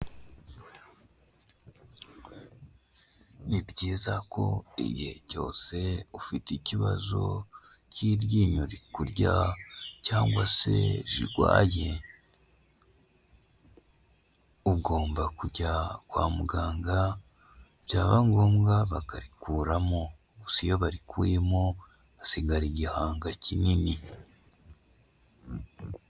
Ni byiza ko igihe cyose ufite ikibazo cy'iryinyo rikurya cyangwa se rirwaye, ugomba kujya kwa muganga byaba ngombwa bakarikuramo. Gusa iyo barikuyemo hasigara igihanga kinini.